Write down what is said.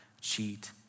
cheat